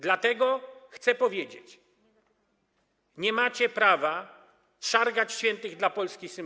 Dlatego chcę powiedzieć: nie macie prawa szargać świętych dla Polski symboli.